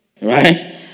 right